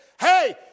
Hey